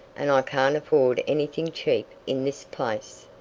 and i can't afford anything cheap in this place.